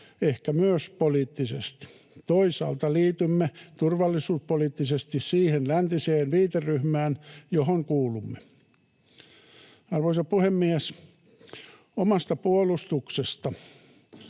ehkä myös poliittisesti. Toisaalta liitymme turvallisuuspoliittisesti siihen läntiseen viiteryhmään, johon kuulumme. Arvoisa puhemies! Omasta puolustuksesta